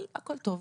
אבל הכול טוב.